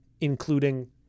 including